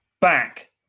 back